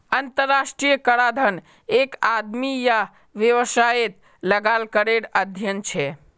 अंतर्राष्ट्रीय कराधन एक आदमी या वैवसायेत लगाल करेर अध्यन छे